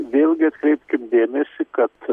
vėlgi atkreipkim dėmesį kad